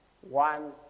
One